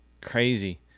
Crazy